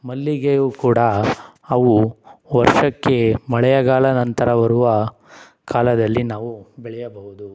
ಮಲ್ಲಿಗೆಯೂ ಕೂಡ ಅವು ವರ್ಷಕ್ಕೆ ಮಳೆಗಾಲ ನಂತರ ಬರುವ ಕಾಲದಲ್ಲಿ ನಾವು ಬೆಳೆಯಬಹುದು